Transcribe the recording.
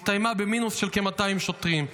הסתיימה במינוס של כ-200 שוטרים,